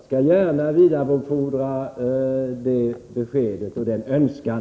Herr talman! Jag skall gärna vidarebefordra det beskedet och den önskan.